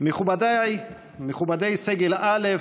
אני מקווה שמה שסוכם עם ראש הממשלה,